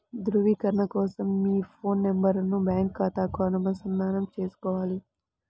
ధ్రువీకరణ కోసం మీ ఫోన్ నెంబరును బ్యాంకు ఖాతాకు అనుసంధానం చేసుకోవాలి